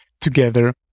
together